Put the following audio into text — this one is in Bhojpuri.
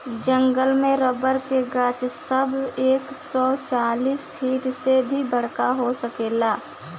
जंगल में रबर के गाछ सब एक सौ चालीस फिट से भी बड़का हो सकेला